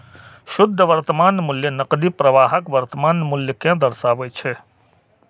शुद्ध वर्तमान मूल्य नकदी प्रवाहक वर्तमान मूल्य कें दर्शाबै छै